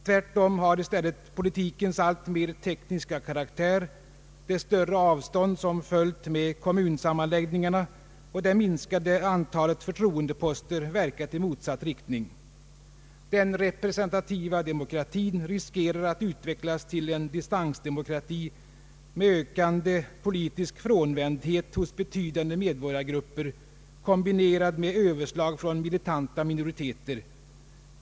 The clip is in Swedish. Tvärtom har i stället politikens alltmer tekniska karaktär, de större avstånd som följt med kommunsammanläggningarna och det minskade antalet förtroendeposter verkat i motsatt riktning. Demokratin riskerar att utvecklas till en distandsdemokrati med ökande politisk frånvändhet hos betydande medborgargrupper, kombinerad med överslag från militanta minoriteter.